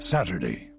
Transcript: Saturday